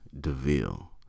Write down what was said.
DeVille